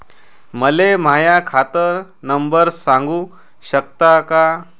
मले माह्या खात नंबर सांगु सकता का?